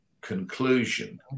conclusion